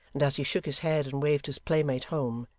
and as he shook his head and waved his playmate home,